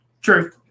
True